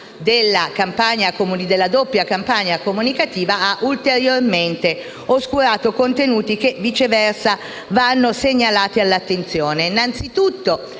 della doppia campagna comunicativa ha ulteriormente oscurato contenuti che, viceversa, vanno segnalati. Innanzitutto,